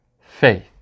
faith